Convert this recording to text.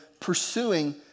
pursuing